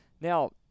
Now